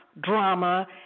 drama